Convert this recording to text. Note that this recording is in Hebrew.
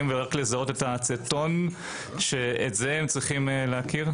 ולזהות את האצטון שאת זה הם צריכים להכיר?